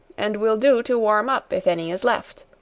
and will do to warm up, if any is left.